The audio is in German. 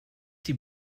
die